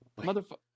motherfucker